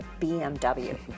BMW